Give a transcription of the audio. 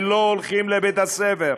ולא הולכים לבית הספר,